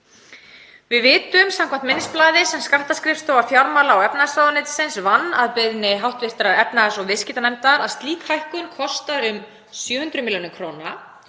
Við vitum, samkvæmt minnisblaði sem skattskrifstofa fjármála- og efnahagsráðuneytisins vann að beiðni hv. efnahags- og viðskiptanefndar, að slík hækkun kostar um 700 millj. kr.